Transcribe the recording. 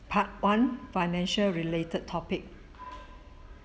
part one financial related topic